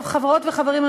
חברות וחברים,